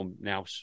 now